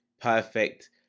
perfect